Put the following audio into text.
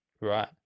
right